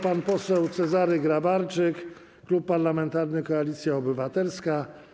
Pan poseł Cezary Grabarczyk, Klub Parlamentarny Koalicja Obywatelska.